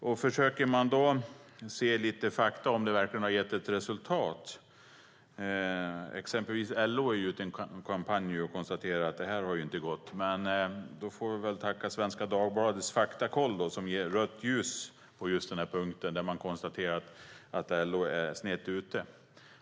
När man söker fakta för att se om det har gett resultat ser man att LO i en kampanj konstaterar att det inte har gått. Vi får tacka Svenska Dagbladets faktakoll som ger rött ljus och konstaterar att LO är fel ute.